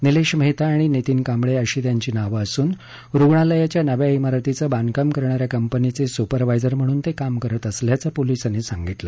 निलेश मेहता आणि नितीन कांबळे अशी त्यांनी नावं असून रुग्णालयाच्या नव्या आरतीचं बांधकाम करणा या कंपनीचे सुपरवायझर म्हणून ते काम करत असल्याचं पोलिसांनी सांगितलं